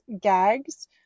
gags